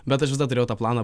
bet aš visada turėjau tą planą